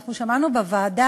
אנחנו שמענו בוועדה.